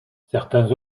certains